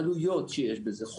העלויות שכרוכות בכך,